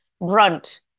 Brunt